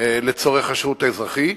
לצורך השירות האזרחי.